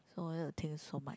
so why you think so much